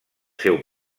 seu